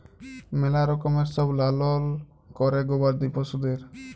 ম্যালা রকমের সব লালল ক্যরে গবাদি পশুদের